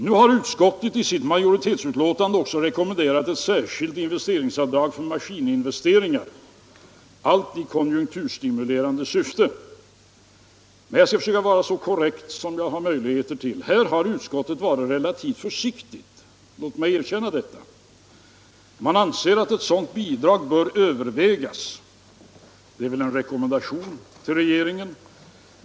Nu har utskottet i sitt majoritetsbetänkande också rekommenderat ett särskilt investeringsavdrag för maskininvesteringar, tänkt i konjunkturstimulerande syfte. Jag skall försöka vara så korrekt som möjligt. Här har utskottet varit relativt försiktigt — låt mig erkänna det. Man anser att ett sådant avdrag bör övervägas — det är väl en rekommendation till regeringen.